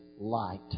light